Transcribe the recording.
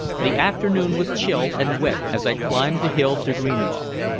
the afternoon was chill and wet as i climbed the hill to greenlaw.